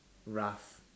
rough